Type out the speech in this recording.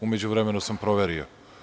U međuvremenu sam proverio.